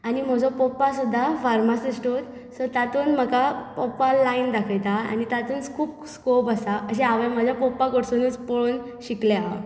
आनी म्हजो पप्पा सुद्दां फार्मासिश्टूत सो तातूंत म्हाका पप्पा लायन दाखयता आनी तातूंत स्कूप स्कोप आसा अशें हांवें म्हज्या पप्पा कडसुनूच पळोन शिकलें हांव